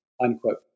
unquote